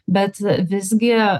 bet visgi